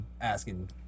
asking